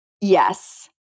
Yes